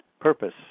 purpose